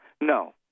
No